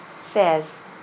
says